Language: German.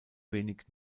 wenig